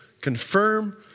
confirm